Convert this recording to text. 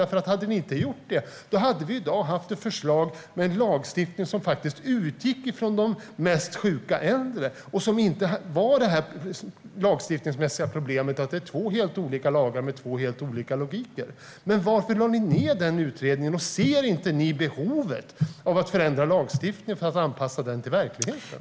Om ni inte hade gjort det hade vi i dag haft ett förslag på en lagstiftning som skulle utgå från de mest sjuka äldre och utan det här lagstiftningsmässiga problemet. Det är två helt olika lagar med två helt olika logiker. Varför lade ni ned den utredningen? Ser ni inte behovet av att förändra lagstiftningen för att anpassa den till verkligheten?